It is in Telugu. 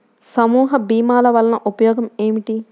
సమూహ భీమాల వలన ఉపయోగం ఏమిటీ?